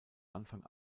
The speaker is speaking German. anfang